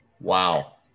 Wow